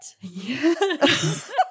Yes